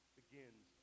begins